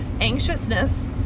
anxiousness